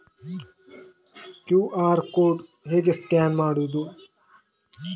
QR code ಹೇಗೆ scan ಮಾಡುವುದು?